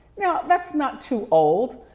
now that's not too old.